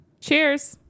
Cheers